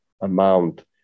amount